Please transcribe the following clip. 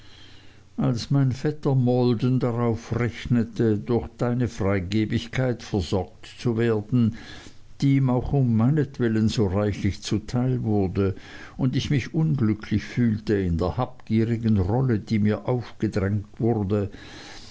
als mein vetter maldon darauf rechnete durch deine freigebigkeit versorgt zu werden die ihm auch um meinetwillen so reichlich zuteil wurde und ich mich unglücklich fühlte in der habgierigen rolle die mir aufgedrungen wurde